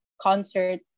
concert